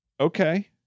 Okay